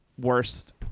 worst